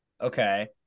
Okay